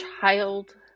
child